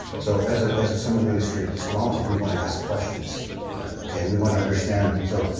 so as ah as a someone doing street epistemology we want to ask questions. okay. okay. we want to understand. so.